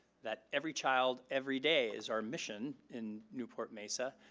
that every child, every day is our mission in newport mesa,